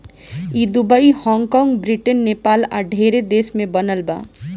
ई Dubai, Hong कॉग, Britain, Nepal आ ढेरे देश में बनल बा